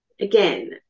again